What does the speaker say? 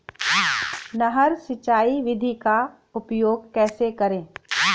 नहर सिंचाई विधि का उपयोग कैसे करें?